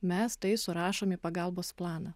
mes tai surašom į pagalbos planą